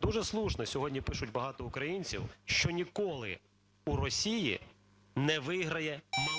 Дуже слушно сьогодні пишуть багато українців, що ніколи у Росії не виграє маленька